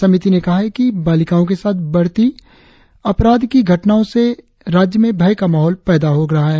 समिति ने कहा कि बालिकाओ के साथ बढ़ती अपराध की घटनाओ से राज्य में भय का माहौल पैदा हो रहे है